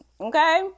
Okay